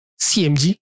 CMG